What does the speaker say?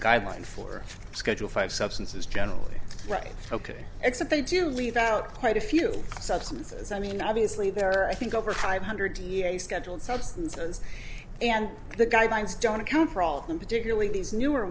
guideline for schedule five substances generally right ok except they do leave out quite a few substances i mean obviously there are i think over five hundred year scheduled substances and the guidelines don't account for all of them particularly these newer